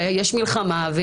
יש מלחמה,